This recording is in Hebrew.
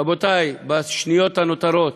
רבותי, בשניות הנותרות: